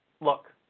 Look